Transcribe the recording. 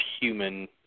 human